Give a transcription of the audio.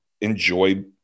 enjoy